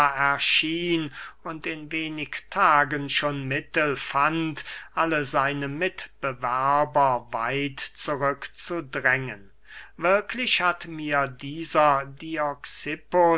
erschien und in wenig tagen schon mittel fand alle seine mitwerber weit zurück zu drängen wirklich hat mir dieser